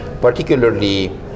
particularly